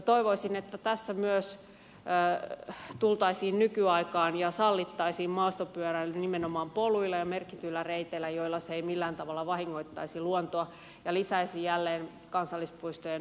toivoisin että myös tässä tultaisiin nykyaikaan ja sallittaisiin maastopyöräily nimenomaan poluilla ja merkityillä reiteillä joilla se ei millään tavalla vahingoittaisi luontoa vaan lisäisi jälleen kansallispuistojen virkistysarvoa